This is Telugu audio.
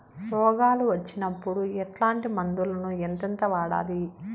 రోగాలు వచ్చినప్పుడు ఎట్లాంటి మందులను ఎంతెంత వాడాలి?